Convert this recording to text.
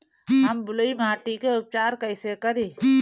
हम बलुइ माटी के उपचार कईसे करि?